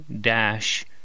dash